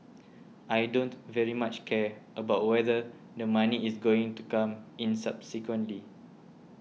I don't very much care about whether the money is going to come in subsequently